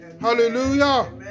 hallelujah